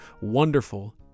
wonderful